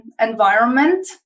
environment